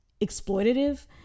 exploitative